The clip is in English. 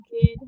kid